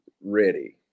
Ready